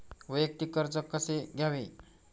वैयक्तिक कर्ज कसे घ्यावे?